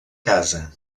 casa